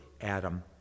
Adam